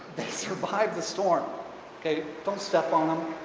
survived the storm okay don't step on them!